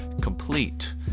complete